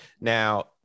Now